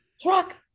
truck